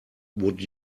would